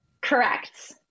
Correct